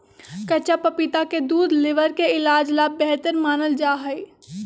कच्चा पपीता के दूध लीवर के इलाज ला बेहतर मानल जाहई